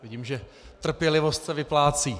Vidím, že trpělivost se vyplácí.